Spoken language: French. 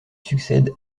succède